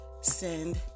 send